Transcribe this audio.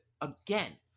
again